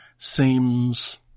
seems